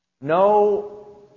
No